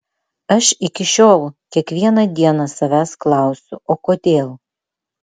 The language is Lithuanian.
aš iki šiol kiekvieną dieną savęs klausiu o kodėl